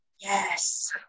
yes